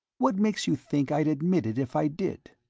what makes you think i'd admit it if i did?